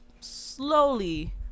slowly